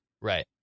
Right